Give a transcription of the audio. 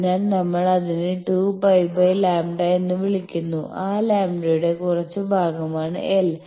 അതിനാൽ നമ്മൾ അതിനെ 2 π λ എന്ന് വിളിക്കുന്നു ആ ലാംഡയുടെ കുറച്ച് ഭാഗമാണ് l